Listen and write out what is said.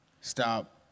stop